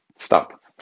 Stop